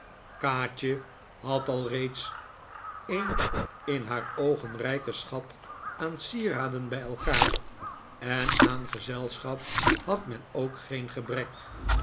kaatje had al reeds een in haar oogen rijken schat aan sieraden bij elkaar en aan gezelschap had men ook geen gebrek